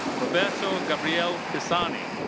roberto gabriele pisani.